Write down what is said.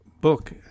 book